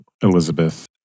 Elizabeth